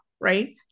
right